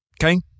Okay